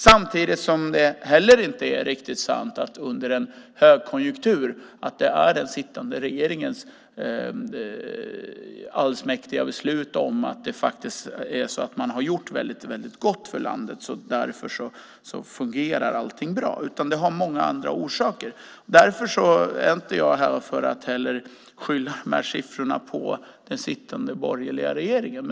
Samtidigt är det inte heller riktigt sant att det i en högkonjunktur är den sittande regeringens allsmäktiga beslut som har gjort så mycket gott för landet och att allting därför fungerar bra. Det har många andra orsaker. Jag är därför inte här för att skylla de här siffrorna på den sittande borgerliga regeringen.